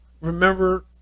remember